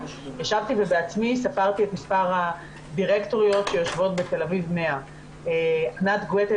ישבתי ובעצמי ספרתי את מספר הדירקטוריות שיושבות בת"א 100. ענת גואטה,